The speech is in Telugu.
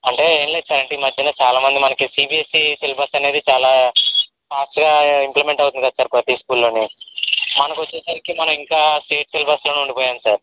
అంటే ఏమి లేదు సార్ ఈ మధ్య చాలామంది మనకి సిబిఎస్ఈ సిలబస్ అనేది చాలా ఫాస్ట్గా ఇంప్లిమెంట్ అవుతుంది కదా సార్ ప్రతీతి స్కూల్లోని మనకొచ్చే సరికి మనం ఇంకా స్టేట్ సిలబస్లోనే ఉండిపోయాము సార్